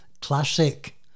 classic